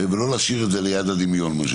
ולא להשאיר את זה ליד הדמיון.